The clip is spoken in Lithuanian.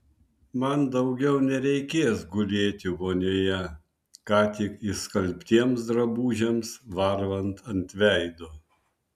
man daugiau nereikės gulėti vonioje ką tik išskalbtiems drabužiams varvant ant veido